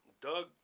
Doug